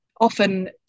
often